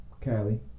Cali